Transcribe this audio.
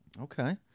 Okay